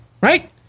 right